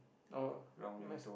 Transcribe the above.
or mess